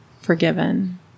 forgiven